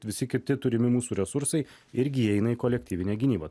visi kiti turimi mūsų resursai irgi įeina į kolektyvinę gynybą